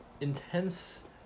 intense